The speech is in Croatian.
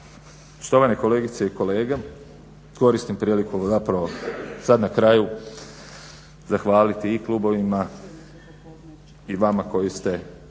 Štovane kolegice i kolege koristim priliku zapravo sad na kraju zahvaliti i klubovima i vama koji ste